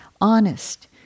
honest